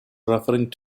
referring